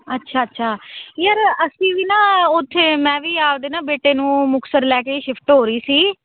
ਅੱਛਾ ਅੱਛਾ ਯਾਰ ਅਸੀਂ ਵੀ ਨਾ ਉੱਥੇ ਮੈਂ ਵੀ ਆਪਣੇ ਨਾ ਬੇਟੇ ਨੂੰ ਮੁਕਤਸਰ ਲੈ ਕੇ ਸ਼ਿਫਟ ਹੋ ਰਹੀ ਸੀ